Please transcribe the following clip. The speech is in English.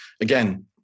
Again